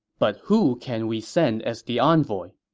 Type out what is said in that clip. but who can we send as the envoy?